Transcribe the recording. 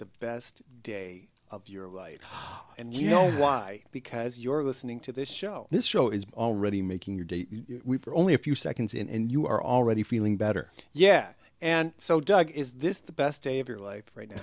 the best day of your life and you know why because your listening to this show this show is already making your day for only a few seconds and you are already feeling better yeah and so doug is this the best day of your life right now